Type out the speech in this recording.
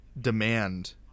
demand